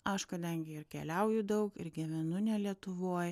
aš kadangi ir keliauju daug ir gyvenu ne lietuvoj